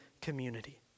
community